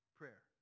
prayer